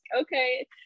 okay